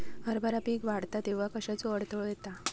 हरभरा पीक वाढता तेव्हा कश्याचो अडथलो येता?